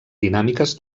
dinàmiques